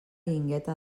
guingueta